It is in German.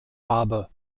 habe